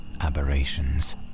aberrations